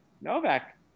Novak